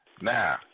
Now